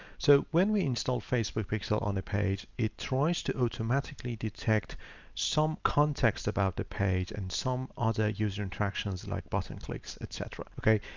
so when we install facebook pixel on the page, it tries to automatically detect some context about the page and some other user interactions like button clicks, etc. okay?